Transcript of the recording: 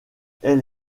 elle